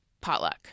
potluck